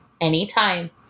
Anytime